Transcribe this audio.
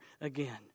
again